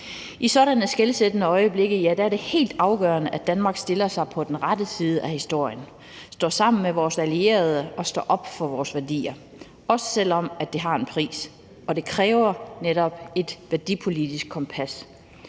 I sådanne skelsættende øjeblikke er det helt afgørende, at Danmark stiller sig på den rette side af historien, står sammen med vores allierede og står op for vores værdier, også selv om det har en pris, og det kræver netop et værdipolitisk kompas.